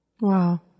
wow